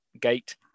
gate